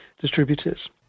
distributors